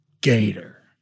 gator